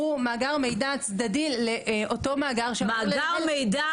שהוא מאגר מידע צדדי לאותו מאגר --- מאגר מידע.